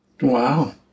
Wow